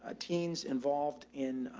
ah teens involved in